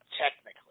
technically